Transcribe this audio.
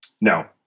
No